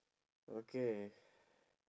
okay